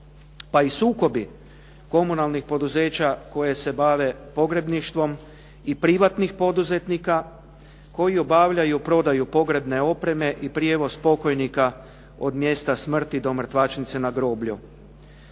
pa i sukobi komunalnih poduzeća koje se bave pogrebništvom i privatnih poduzetnika koji obavljaju prodaju pogrebne opreme i prijevoz pokojnika od mjesta smrti do mrtvačnice na groblju.